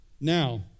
Now